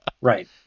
right